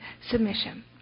submission